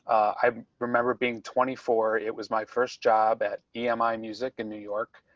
i remember being twenty four. it was my first job at emi music in new york.